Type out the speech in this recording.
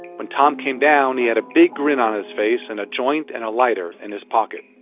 when tom came down, he had a big grin on his face and a joint and a lighter in his pocket